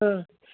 हा